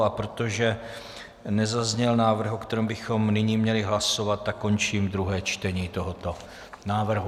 A protože nezazněl návrh, o kterém bychom nyní měli hlasovat, tak končím druhé čtení tohoto návrhu.